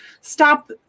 stop